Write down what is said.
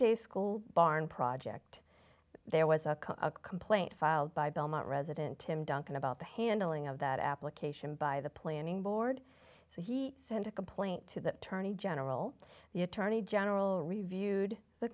a school barn project there was a complaint filed by belmont resident tim duncan about the handling of that application by the planning board so he sent a complaint to the tourney general the attorney general reviewed the